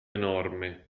enorme